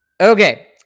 Okay